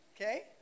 Okay